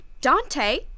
Dante